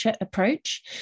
approach